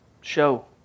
show